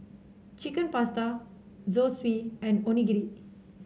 Chicken Pasta Zosui and Onigiri